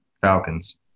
Falcons